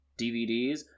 DVDs